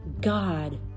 God